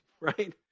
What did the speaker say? right